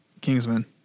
Kingsman